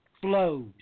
flows